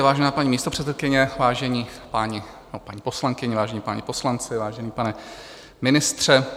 Vážená paní místopředsedkyně, vážené paní poslankyně, vážení páni poslanci, vážený pane ministře.